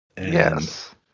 Yes